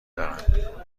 دارم